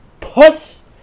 puss